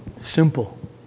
Simple